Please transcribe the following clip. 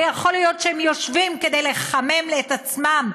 ויכול להיות שהם יושבים כדי לחמם את עצמם,